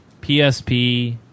PSP